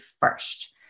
first